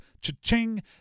cha-ching